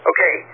Okay